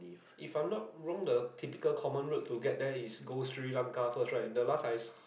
if I'm not wrong the typical common route to get there is go Sri-Lanka first right the last I